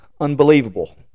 unbelievable